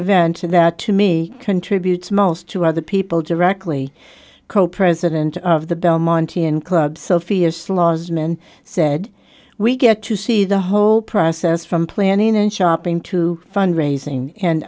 and that to me contributes most to other people directly co president of the belmonte and club sophia's laws men said we get to see the whole process from planning and shopping to fund raising and